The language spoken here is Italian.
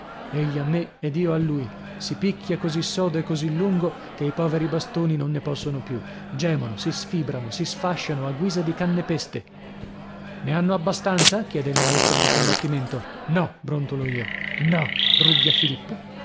egli a me ed io a lui si picchia così sodo e così lungo che i poveri bastoni non ne possono più gemono si sfibrano si sfasciano a guisa di canne peste ne hanno abbastanza chiede il maestro di combattimento no brontolo io no rugghia filippo